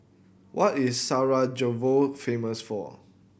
what is Sarajevo famous for